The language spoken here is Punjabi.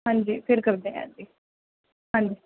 ਹਾਂਜੀ ਫਿਰ ਕਰਦੇ ਹਾਂ ਅਸੀਂ ਹਾਂਜੀ